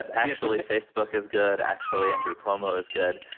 actually, facebook is good, actually, andrew cuomo is good.